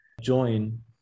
join